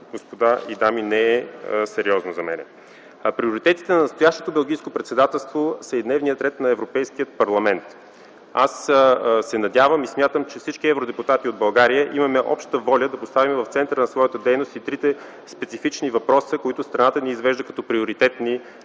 господа, не е сериозно за мен. Приоритетите на настоящето белгийско председателство са и дневният ред на Европейския парламент. Аз се надявам и смятам, че всички евродепутати от България имаме обща воля да поставим в центъра на своята дейност и трите специфични въпроса, които страната ни извежда като приоритетни